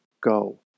Go